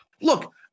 Look